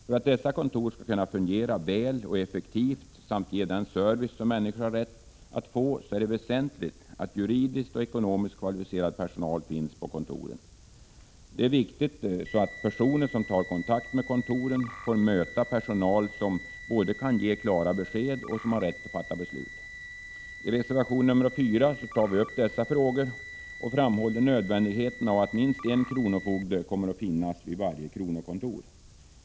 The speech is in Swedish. För att dessa kontor skall kunna fungera väl och effektivt och ge den service som människorna har rätt att få är det väsentligt att juridiskt och ekonomiskt kvalificerad personal finns på dessa kontor, så att personer som tar kontakt med kontoren får möta personal som både kan ge klara besked och som har rätt att fatta beslut. I vår reservation 4 tar vi upp dessa frågor och framhåller nödvändigheten av att minst en kronofogde kommer att finnas vid varje kronokontor.